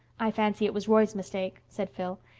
i fancy it was roy's mistake, said phil.